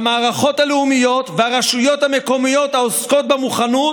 המערכות הלאומיות והרשויות המקומיות העוסקות במוכנות